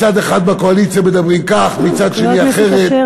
מצד אחד בקואליציה מדברים כך, מצד שני אחרת.